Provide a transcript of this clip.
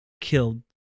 killed